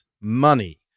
money